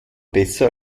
besser